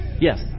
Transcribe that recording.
Yes